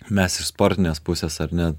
mes iš sportinės pusės ar ne